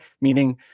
meaning